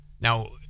Now